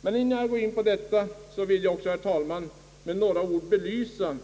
Men innan jag går in på detta vill jag också, herr talman, med några ord belysa